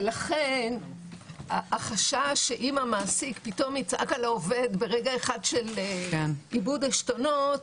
ולכן החשש שאם המעסיק יצעק פתאום על העובד ברגע אחד של איבוד עשתונות